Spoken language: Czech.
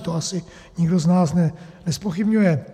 To asi nikdo z nás nezpochybňuje.